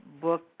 book